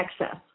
excess